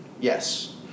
Yes